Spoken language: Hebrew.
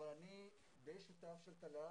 אבל אני די שותף של טלל.